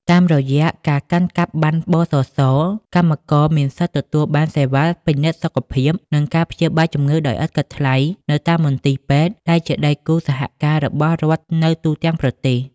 តាមរយៈការកាន់កាប់ប័ណ្ណ ប.ស.ស កម្មករមានសិទ្ធិទទួលបានសេវាពិនិត្យសុខភាព និងការព្យាបាលជំងឺដោយឥតគិតថ្លៃនៅតាមមន្ទីរពេទ្យដែលជាដៃគូសហការរបស់រដ្ឋនៅទូទាំងប្រទេស។